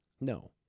No